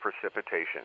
precipitation